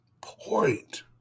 point